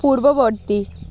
পূর্ববর্তী